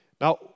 Now